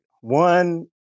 One